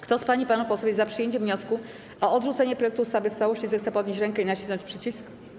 Kto z pań i panów posłów jest za przyjęciem wniosku o odrzucenie projektu ustawy w całości, zechce podnieść rękę i nacisnąć przycisk.